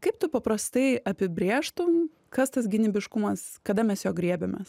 kaip tu paprastai apibrėžtum kas tas gynybiškumas kada mes jo griebiamės